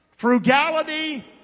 frugality